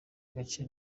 gace